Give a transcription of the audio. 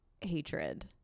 hatred